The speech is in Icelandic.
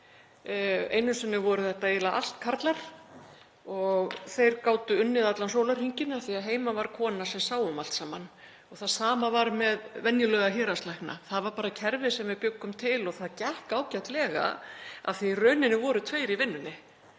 Einu sinni voru þetta eiginlega allt karlar og þeir gátu unnið allan sólarhringinn af því að heima var kona sem sá um allt saman. Það sama var með venjulega héraðslækna. Það var bara kerfi sem við bjuggum til og það gekk ágætlega af því að í rauninni voru tveir í vinnunni